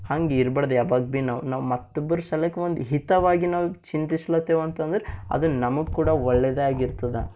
ಹಂಗೆ ಇರ್ಬಾರ್ದು ಯಾವಾಗ ಭೀ ನಾವು ನಾವು ಮತ್ತೊಬ್ಬರ ಸಲಕ್ಕ ನಾವು ಒಂದು ಹಿತವಾಗಿ ನಾವು ಚಿಂತಿಸ್ಲತೇವ ಅಂತಂದ್ರೆ ಅದು ನಮಗ್ ಕೂಡ ಒಳ್ಳೆಯದೇ ಆಗಿರ್ತದೆ